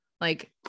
like-